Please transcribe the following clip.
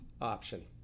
option